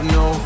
no